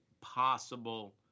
possible